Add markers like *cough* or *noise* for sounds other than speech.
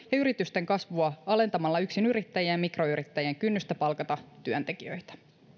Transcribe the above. yritysten kasvua alentamalla yksinyrittäjien *unintelligible* *unintelligible* *unintelligible* ja mikroyrittäjien kynnystä palkata työntekijöitä